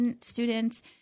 students